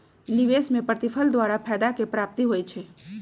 निवेश में प्रतिफल द्वारा फयदा के प्राप्ति होइ छइ